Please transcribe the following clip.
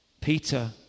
Peter